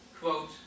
Quote